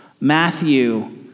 Matthew